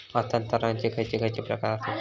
हस्तांतराचे खयचे खयचे प्रकार आसत?